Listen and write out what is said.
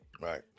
Right